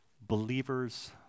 believers